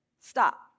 Stop